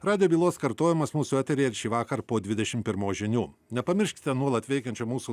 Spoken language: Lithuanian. radijo bylos kartojimas mūsų eteryje ir šįvakar po dvisešim pirmos žinių nepamirškite nuolat veikiančio mūsų